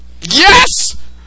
Yes